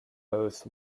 both